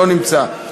לא נמצא.